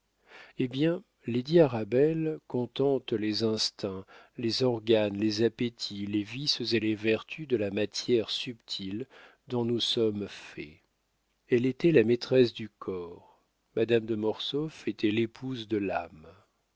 eh bien lady arabelle contente les instincts les organes les appétits les vices et les vertus de la matière subtile dont nous sommes faits elle était la maîtresse du corps madame de mortsauf était l'épouse de l'âme